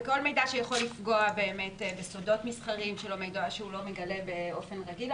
כל מידע שיכול לפגוע באמת בסודות מסחריים שהמעסיק לא מגלה באופן רגיל,